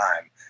time